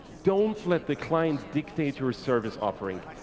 don't let the client dictate your service offering.